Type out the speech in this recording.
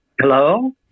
Hello